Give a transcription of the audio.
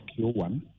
Q1